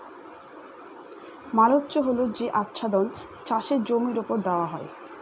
mulch হল যে আচ্ছাদন চাষের জমির ওপর দেওয়া হয়